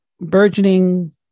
burgeoning